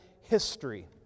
history